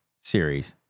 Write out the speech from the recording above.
series